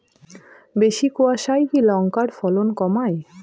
বেশি কোয়াশায় কি লঙ্কার ফলন কমায়?